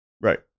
Right